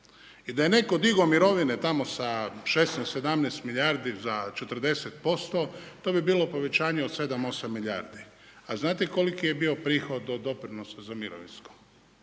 i da je netko digao mirovine tamo sa 16, 17 milijardi za 40% to bi bilo povećanje od 7, 8 milijardi. A znate koliki je bio prihod od doprinosa za mirovinskog?